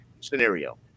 scenario